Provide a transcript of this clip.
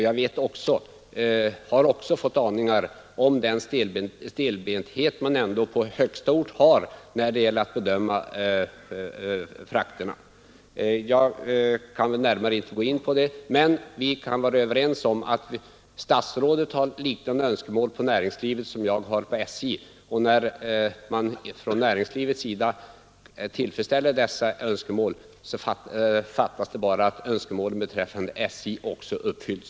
Jag har också fått aningar om den stelbenthet som finns på högsta ort när det gäller att bedöma frakterna. Jag skall inte närmare gå in på det, men vi kan vara överens om att statsrådet har ett liknande önskemål gentemot näringslivet som jag har gentemot SJ. När man från näringslivets sida tillfredsställer dessa önskemål, fattas det bara att önskemålen beträffande SJ också uppfylls.